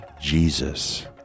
Jesus